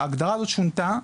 ההגדרה הזאת שונתה,